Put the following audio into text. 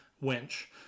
winch